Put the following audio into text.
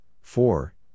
four